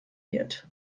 wird